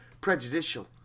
prejudicial